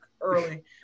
early